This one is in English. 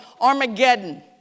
Armageddon